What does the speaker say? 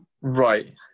Right